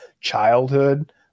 childhood